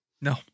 No